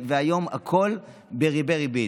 והיום הכול ברִיבֵּי בריבית.